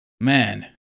Man